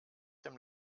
dem